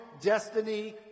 destiny